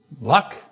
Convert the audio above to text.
luck